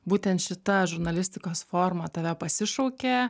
būtent šita žurnalistikos forma tave pasišaukė